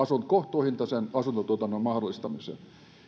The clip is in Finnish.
kohtuuhintaisen asuntotuotannon mahdollistamiseen